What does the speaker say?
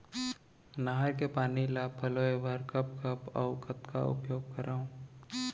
नहर के पानी ल पलोय बर कब कब अऊ कतका उपयोग करंव?